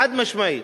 חד-משמעית,